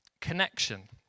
connection